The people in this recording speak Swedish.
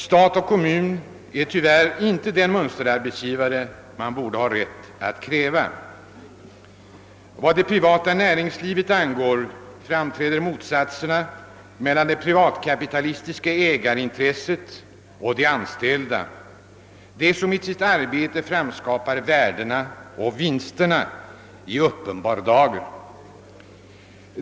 Stat och kommun är tyvärr inte den mönsterarbetsgivare man borde ha rätt att kräva. I det privata näringslivet framträder motsatserna mellan det privatkapitalistiska ägarintresset och de anställda, som med sitt arbete framskapar värdena och vinsterna, i uppenbar dager.